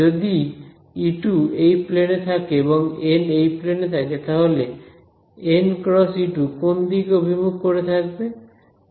যদি E2 এই প্লেনে থাকে এবং এন এই প্লেনে থাকে তাহলে n × E2 কোন দিকে অভিমুখ করে থাকবে